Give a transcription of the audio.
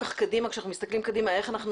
וכשאנחנו מסתכלים קדימה אני לא רואה איך אנחנו